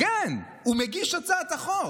כן, הוא מגיש הצעת החוק.